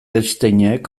einsteinek